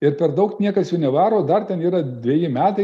ir per daug niekas jų nevaro dar ten yra dveji metai